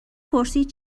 پرسید